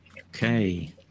okay